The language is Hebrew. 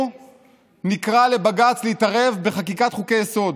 נקרא לבג"ץ להתערב בחקיקת חוקי-יסוד.